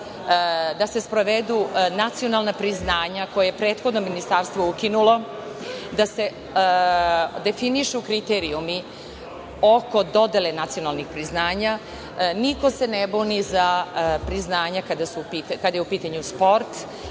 da se sprovedu nacionalna priznanja koje je prethodno ministarstvo ukinulo, da se definišu kriterijumi oko dodele nacionalnih priznanja. Niko se ne buni za priznanja kada je u pitanju sport,